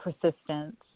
persistence